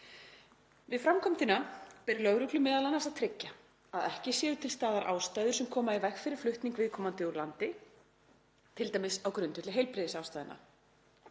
Við framkvæmdina ber lögreglu m.a. að tryggja að ekki séu til staðar ástæður sem koma í veg fyrir flutning viðkomandi úr landi, t.d. á grundvelli heilbrigðisástæðna.